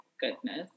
goodness